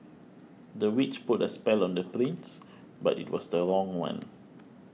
the witch put a spell on the prince but it was the wrong one